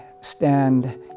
stand